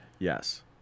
Yes